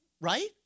right